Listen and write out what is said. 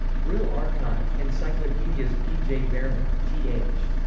brill archive encyclopedias p. j. bearman th.